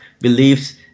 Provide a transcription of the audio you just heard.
beliefs